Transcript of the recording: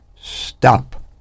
stop